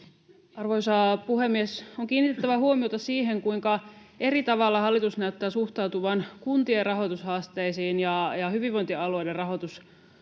Arvoisa puhemies! On kiinnitettävä huomiota siihen, kuinka eri tavalla hallitus näyttää suhtautuvan kuntien rahoitushaasteisiin ja hyvinvointialueiden rahan